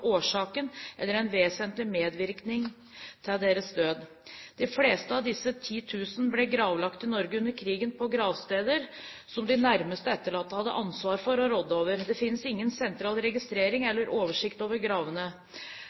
årsaken eller en vesentlig medvirkning til deres død. De fleste av disse 10 000 ble gravlagt i Norge under krigen på gravsteder som de nærmeste etterlatte hadde ansvar for og rådde over. Det finnes ingen sentral registrering eller oversikt over gravene.